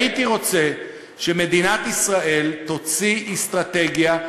הייתי רוצה שמדינת ישראל תוציא אסטרטגיה,